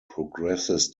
progresses